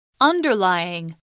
Underlying